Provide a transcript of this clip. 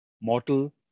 mortal